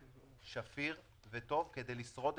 הקואליציה ולדעתי גם נגד עמדת רוב הח"כים